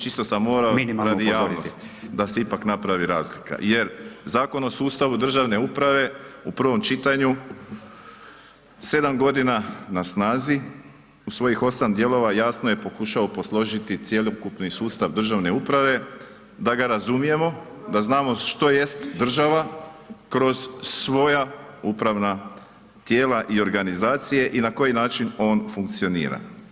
Čisto sam morao [[Upadica: Minimalno upozoriti.]] radi javnosti, da se ipak napravi razlika jer Zakon o sustavu državne uprave u prvom čitanju 7 godina na snazi, u svojih 8 dijelova jasno je pokušao posložiti cjelokupni sustav državne uprave da ga razumijemo, da znamo što jest država kroz svoja upravna tijela i organizacije i na koji način on funkcionira.